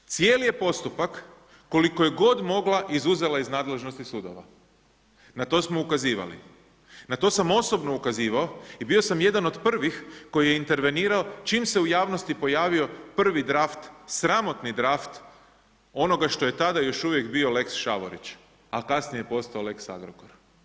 Cijeli je postupak koliko god je mogla izuzela iz nadležnosti sudova, na to smo ukazivali, a to sam osobno ukazivao i bio sam jedan od prvih koji je intervenirao čim se u javnosti pojavio prvi draft, sramotni draft onoga što je tada još uvijek bio lex Šavorić, a kasnije postao lex Agrokor.